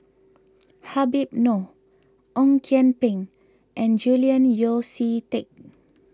Habib Noh Ong Kian Peng and Julian Yeo See Teck